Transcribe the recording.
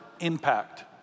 impact